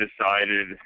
decided